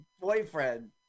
boyfriend